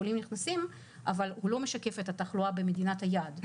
חולים נכנסים אבל הוא לא משקף את התחלואה במדינת היעד,